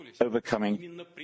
overcoming